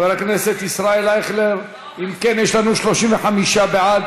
אם כן, יש לנו 35 בעד.